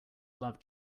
love